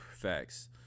facts